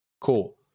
Cool